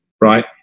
right